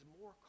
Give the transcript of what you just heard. more